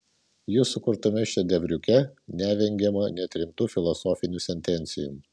jų sukurtame šedevriuke nevengiama net rimtų filosofinių sentencijų